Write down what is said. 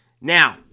Now